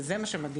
וזה מה שמדאיג.